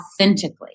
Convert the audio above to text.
authentically